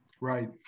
Right